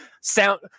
sound